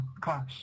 class